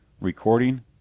Recording